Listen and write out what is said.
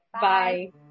Bye